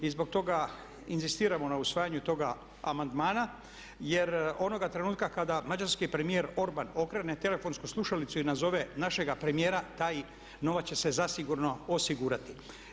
I zbog toga inzistiramo na usvajanju toga amandmana jer onoga trenutka kada mađarski premijer Orban okrene telefonsku slušalicu i nazove našeg premijera taj novac će se zasigurno osigurati.